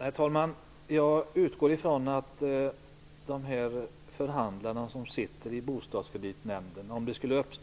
Herr talman! Jag utgår från att förhandlarna i Bostadskreditnämnden naturligtvis